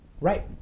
right